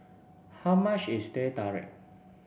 how much is Teh Tarik